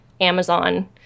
Amazon